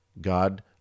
God